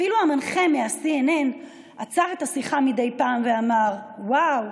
אפילו המנחה מ-CNN עצר מדי פעם את השיחה ואמר: וואו,